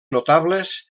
notables